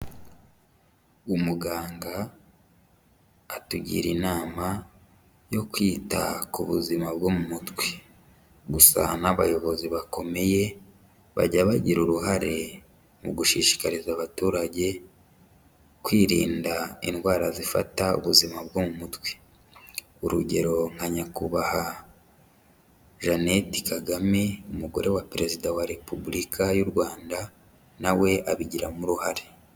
Umuganga atugira inama yo kwita ku buzima bwo mu mutwe, gusa n'abayobozi bakomeye bajya bagira uruhare mu gushishikariza abaturage kwirinda indwara zifata ubuzima bwo mu mutwe, urugero nka nyakubahwa Jeanette Kagame umugore wa perezida wa Repubulika y'u Rwanda nawe abigiramo uruhare.